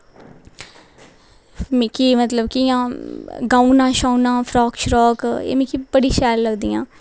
मिगी मतलब कि इ'यां गाउनां शाउनां फ्राक शाक एह् मिगी बड़ी शैल लगदियां